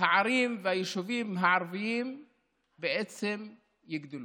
הערים והיישובים הערביים בעצם יגדלו,